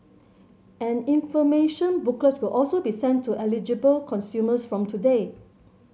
an information booklets will also be sent to eligible consumers from today